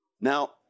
Now